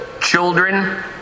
children